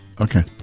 Okay